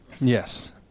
Yes